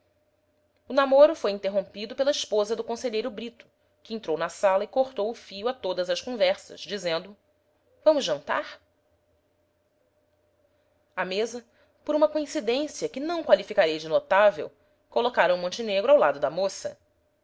namoro foi interrompido pela esposa do conselheiro brito que entrou na sala e cortou o fio a todas as conversas dizendo vamos jantar à mesa por uma coincidência que não qualificarei de notável colocaram montenegro ao lado da moça